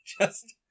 Just-